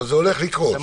אבל זה הולך לקרות.